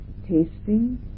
tasting